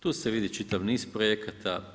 Tu se vidi čitav niz projekata.